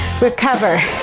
Recover